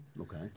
Okay